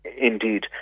Indeed